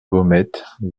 baumettes